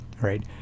right